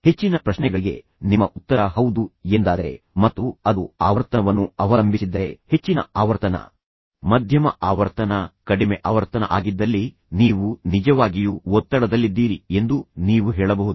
ಹೆಚ್ಚಿನ ಪ್ರಶ್ನೆಗಳಿಗೆ ನಿಮ್ಮ ಉತ್ತರ ಹೌದು ಎಂದಾದರೆ ಮತ್ತು ಅದು ಆವರ್ತನವನ್ನು ಅವಲಂಬಿಸಿದ್ದರೆ ಹೆಚ್ಚಿನ ಆವರ್ತನ ಮಧ್ಯಮ ಆವರ್ತನ ಕಡಿಮೆ ಆವರ್ತನ ಆಗಿದ್ದಲ್ಲಿ ನೀವು ನಿಜವಾಗಿಯೂ ಒತ್ತಡದಲ್ಲಿದ್ದೀರಿ ಎಂದು ನೀವು ಹೇಳಬಹುದು